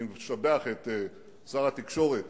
אני משבח את שר התקשורת